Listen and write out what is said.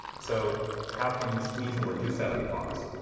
so how can you squeeze more juice out of the box?